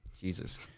Jesus